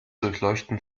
durchleuchten